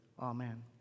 Amen